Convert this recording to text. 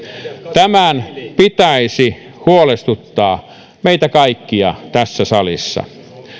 tämän pitäisi huolestuttaa meitä kaikkia tässä salissa